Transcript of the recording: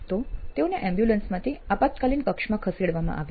તો તેઓને એમ્બ્યુલન્સમાંથી આપાતકાલીન કક્ષમાં ખસેડવામાં આવ્યા